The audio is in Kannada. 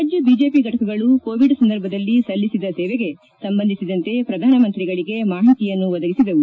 ರಾಜ್ಯ ಬಿಜೆಪಿ ಫಟಕಗಳು ಕೋವಿಡ್ ಸಂದರ್ಭದಲ್ಲಿ ಸಲ್ಲಿಸಿದ ಸೇವೆಗೆ ಸಂಬಂಧಿಸಿದಂತೆ ಪ್ರಧಾನಮಂತ್ರಿಗಳಿಗೆ ಮಾಹಿತಿಯನ್ನು ಒದಗಿಸಿದವು